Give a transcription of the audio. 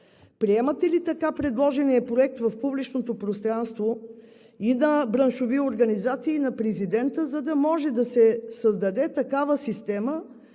приемате ли така предложения Проект в публичното пространство на браншови организации и на президента, за да може да се създаде такава система,